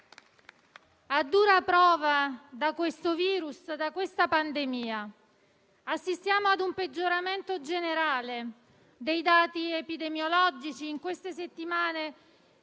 a dura prova da questo virus e da questa pandemia. Assistiamo ad un peggioramento generale dei dati epidemiologici. In queste settimane